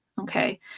Okay